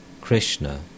Krishna